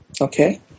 Okay